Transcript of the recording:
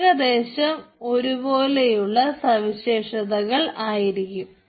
ഏകദേശം ഒരുപോലെയുള്ള സവിശേഷതകൾ ആയിരിക്കും